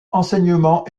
enseignement